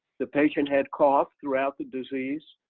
the patient had cough throughout the disease.